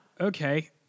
Okay